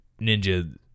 Ninja